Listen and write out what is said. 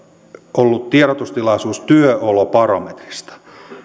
ollut tiedotustilaisuus työolobarometrista